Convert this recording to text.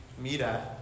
mira